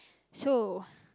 so